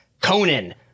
Conan